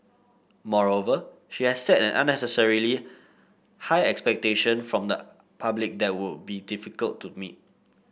moreover she has set an unnecessarily high expectation from the public that would be difficult to meet